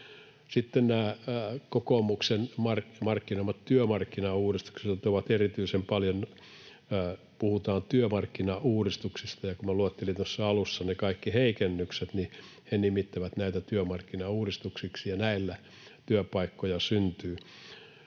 Sitten nämä kokoomuksen markkinoimat työmarkkinauudistukset, jotka ovat erityisen paljon... Puhutaan työmarkkinauudistuksista — kun minä luettelin tuossa alussa ne kaikki heikennykset, niin he nimittävät näitä työmarkkinauudistukseksi ja sanovat, että näillä työpaikkoja syntyy.